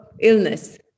illness